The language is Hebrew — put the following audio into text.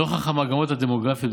נוכח המגמות הדמוגרפיות,